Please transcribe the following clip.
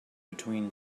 between